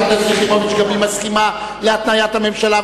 חברת הכנסת יחימוביץ גם היא מסכימה להתניית הממשלה,